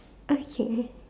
okay